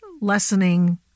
lessening